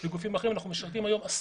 אנחנו נגיע לזה הרבה